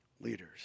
Leaders